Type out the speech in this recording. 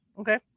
Okay